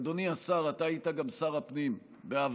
אדוני השר, אתה היית גם שר הפנים בעבר,